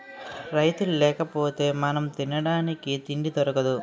రైతులు లేకపోతె మనం తినడానికి తిండి దొరకదు